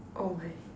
oh my